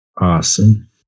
awesome